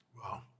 Wow